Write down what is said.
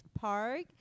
park